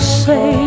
say